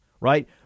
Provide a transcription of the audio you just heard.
right